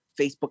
Facebook